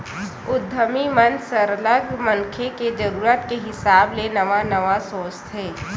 उद्यमी मन सरलग मनखे के जरूरत के हिसाब ले नवा नवा सोचथे